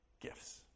gifts